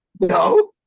No